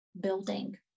building